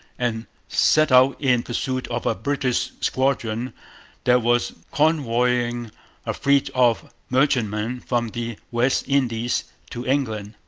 and set out in pursuit of a british squadron that was convoying a fleet of merchantmen from the west indies to england.